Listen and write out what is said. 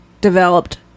developed